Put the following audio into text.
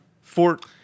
Fort